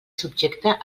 subjecta